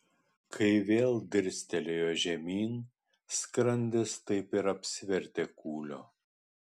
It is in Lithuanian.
kai vėl dirstelėjo žemyn skrandis taip ir apsivertė kūlio